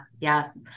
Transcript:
yes